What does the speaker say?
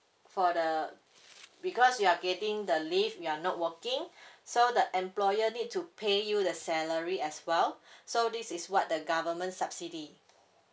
for the because you are getting the leave you are not working so the employer need to pay you the salary as well so this is what the government subsidy